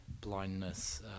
blindness